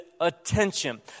attention